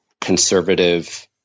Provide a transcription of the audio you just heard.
conservative